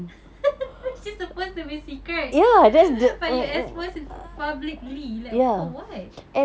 which is supposed to be secret but you expose publicly like for what